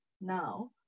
now